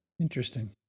Interesting